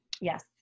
Yes